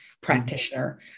practitioner